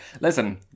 Listen